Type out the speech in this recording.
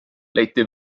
leiti